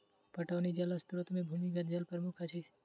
पटौनी जल स्रोत मे भूमिगत जल प्रमुख अछि